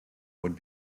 would